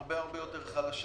הרבה יותר חלשה.